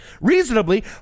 reasonably